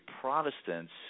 Protestants